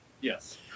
Yes